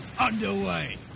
underway